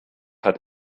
hat